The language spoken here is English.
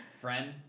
Friend